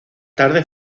tarde